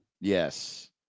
yes